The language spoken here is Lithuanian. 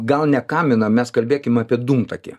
gal ne kaminą mes kalbėkim apie dūmtakį